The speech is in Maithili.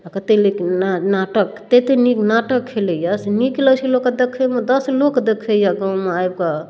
आओर कतेक नीक नाटक तते नीक नाटक खेलय यऽ से नीक लगै छै लोकके देखयमे दस लोक देखैय गाँवमे आबिकऽ